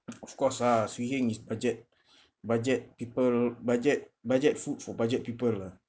of of course lah swee heng is budget budget people budget budget food for budget people lah